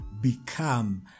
become